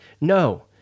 no